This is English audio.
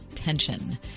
tension